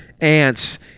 Ants